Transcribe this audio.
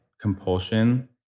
compulsion